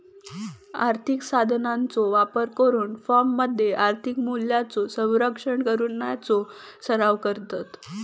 आर्थिक साधनांचो वापर करून फर्ममध्ये आर्थिक मूल्यांचो संरक्षण करण्याचो सराव करतत